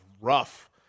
rough